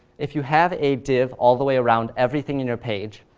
if you have a div all the way around everything in your page,